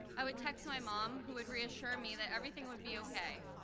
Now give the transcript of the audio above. i would text my mom who would reassure me that everything would be okay.